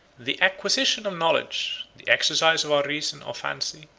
the acquisition of knowledge, the exercise of our reason or fancy,